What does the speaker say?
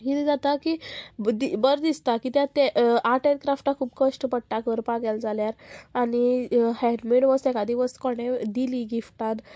किदें जाता की बरें दिसता किद्या तें आर्ट एंड क्राफ्टा खूब कश्ट पडटा करपा गेले जाल्यार आनी हँडमॅड वस्तू एखादी वस्त कोणेंय दिली गिफ्टान